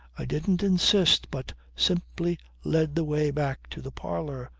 i didn't insist but simply led the way back to the parlour,